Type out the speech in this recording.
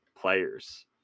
players